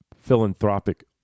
philanthropic